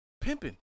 pimping